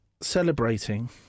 celebrating